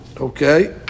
Okay